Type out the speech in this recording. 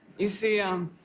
you see, um